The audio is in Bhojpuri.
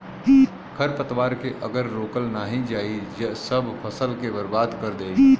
खरपतवार के अगर रोकल नाही जाई सब फसल के बर्बाद कर देई